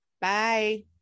bye